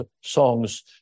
songs